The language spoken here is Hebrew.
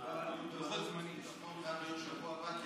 בוועדת חוץ וביטחון בשבוע הבא,